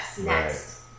next